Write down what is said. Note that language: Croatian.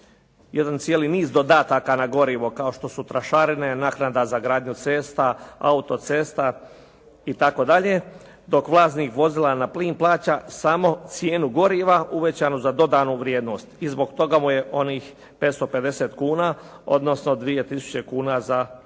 jedan cijeli niz dodataka na gorivo kao što su trošarine, naknada za gradnju cesta, autocesta itd. dok vlasnik vozila na plin plaća samo cijenu goriva uvećanu za dodanu vrijednost i zbog toga mu je onih 550 kuna, odnosno 2.000 kuna za ajmo